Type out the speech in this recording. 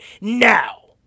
now